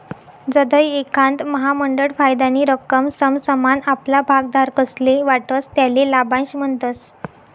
जधय एखांद महामंडळ फायदानी रक्कम समसमान आपला भागधारकस्ले वाटस त्याले लाभांश म्हणतस